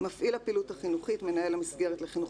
"מפעיל הפעילות החינוכית" מנהל המסגרת לחינוך